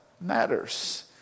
matters